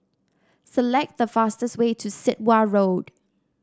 select the fastest way to Sit Wah Road